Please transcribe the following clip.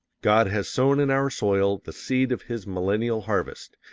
god has sown in our soil the seed of his millennial harvest,